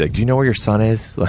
like do you know where your son is?